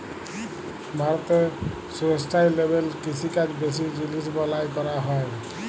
ভারতে সুস্টাইলেবেল কিষিকাজ বেশি জিলিস বালাঁয় ক্যরা হ্যয়